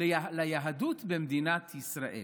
ליהדות במדינת ישראל.